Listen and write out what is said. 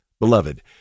Beloved